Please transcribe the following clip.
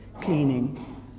cleaning